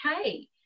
okay